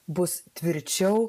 bus tvirčiau